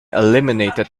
eliminated